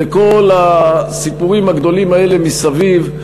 וכל הסיפורים הגדולים האלה מסביב,